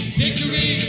victory